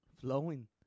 flowing